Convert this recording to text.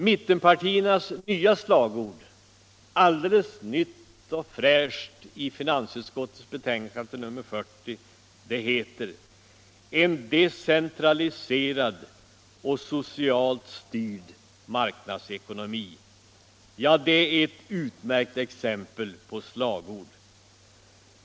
Mittenpartiernas nya slagord — alldeles fräscht i finansutskottets betänkande nr 40 — är ”en decentraliserad och socialt styrd marknadsekonomi”. Det är ett utmärkt exempel på slagord.